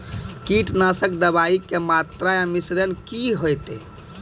कीटनासक दवाई के मात्रा या मिश्रण की हेते?